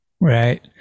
Right